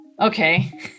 Okay